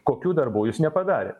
kokių darbų jūs nepadarėt